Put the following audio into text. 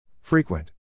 Frequent